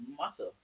matter